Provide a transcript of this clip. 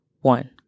one